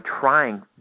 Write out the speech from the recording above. trying